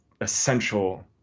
essential